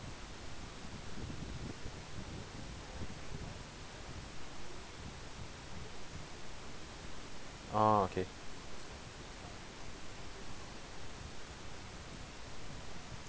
ah okay